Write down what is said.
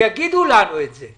שיגידו לנו את זה.